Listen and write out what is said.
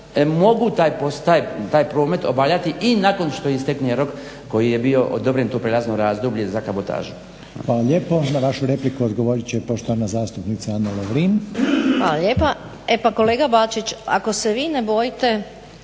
mogu taj promet obavljati i nakon što istekne rok koji je bio odobren, to prijelazno razdoblje za kabotažu.